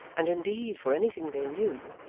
and indeed, for anything they knew,